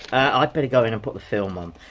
i'd better go and put the film on!